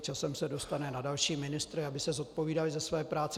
Časem se dostane i na další ministry, aby se zodpovídali ze své práce.